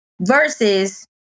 Versus